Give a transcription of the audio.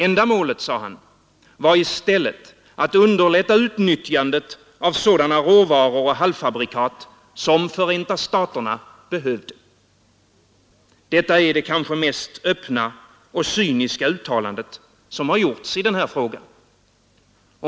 Ändamålet, sade han, var i stället att underlätta utnyttjandet av sådana råvaror och halvfabrikat som Förenta staterna behövde. Detta är kanske det mest öppna och cyniska uttalande som gjorts i frågan.